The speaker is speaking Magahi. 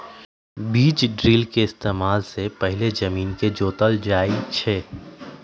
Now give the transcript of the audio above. बीज ड्रिल के इस्तेमाल से पहिले जमीन के जोतल जाई छई